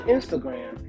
Instagram